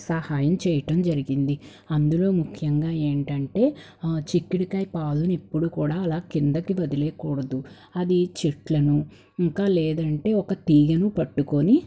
సహాయం చేయటం జరిగింది అందులో ముఖ్యంగా ఏంటంటే ఆ చిక్కుడుకాయ పాదు ఎప్పుడు కూడా అలా కిందికి వదిలేకూడదు అది చెట్లను ఇంకా లేదంటే ఒక తీగను పట్టుకొని